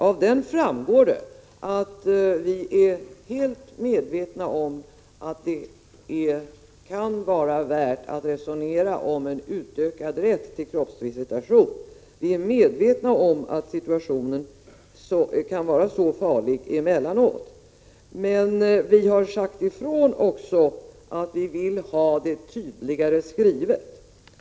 Av den framgår det att vi är helt medvetna om att det kan vara värt att resonera om en utökad rätt till kroppsvisitation. Vi är medvetna om att situationen kan vara så farlig emellanåt. Men vi har också sagt ifrån att vi vill ha en tydligare skrivning.